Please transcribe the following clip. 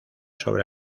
sobre